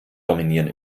dominieren